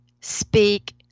speak